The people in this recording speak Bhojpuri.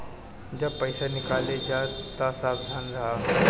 जब पईसा निकाले जा तअ सावधानी रखअ